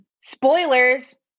Spoilers